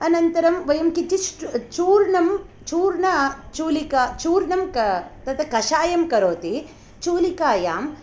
अनन्तरं वयं किञ्चित् चूर्णं चूर्ण चूलिका चूर्णं तत् कषायं करोति चूलिकायां